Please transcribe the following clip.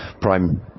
prime